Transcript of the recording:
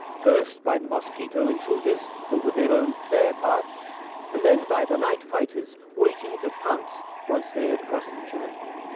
first by mosquito intruders over their own flare paths and then by the night fighters waiting to pounce once they had crossed the channel.